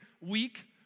week